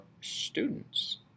students